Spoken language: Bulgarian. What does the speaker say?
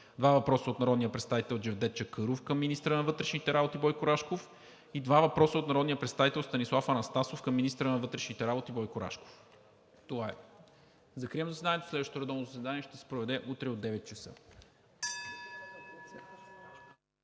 два въпроса от народния представител Джевдет Чакъров към министъра на вътрешните работи Бойко Рашков; - два въпроса от народния представител Станислав Анастасов към министъра на вътрешните работи Бойко Рашков. Това е. Закривам заседанието. Следващото редовно заседание ще се проведе утре, 3 юни